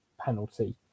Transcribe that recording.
penalty